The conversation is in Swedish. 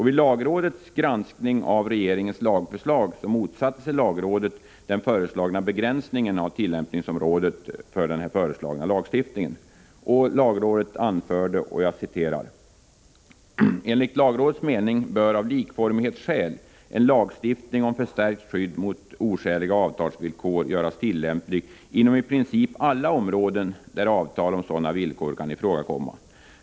Vid lagrådets gransk ning av regeringens lagförslag motsatte sig lagrådet den föreslagna begränsningen av tillämpningsområdet för den föreslagna lagstiftningen. Lagrådet anförde bl.a.: ”Enligt lagrådets mening bör av likformighetsskäl en lagstiftning om förstärkt skydd mot oskäliga avtalsvillkor göras tillämplig inom i princip alla områden där avtal om sådana villkor kan ifrågakomma.